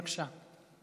בבקשה.